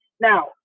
Now